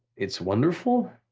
it's wonderful,